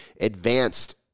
advanced